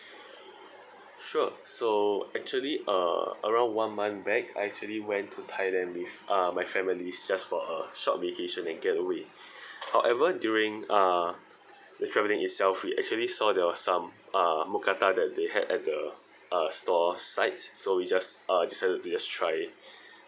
sure so actually uh around one month back I actually went to thailand with uh my family just for a short vacation and getaway however during uh the travelling itself we actually saw there was some uh mookata that they had at the uh store sites so we just uh decided to just try it